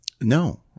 no